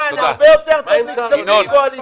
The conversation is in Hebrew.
תודה, ינון.